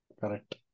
Correct